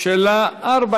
שלה ארבע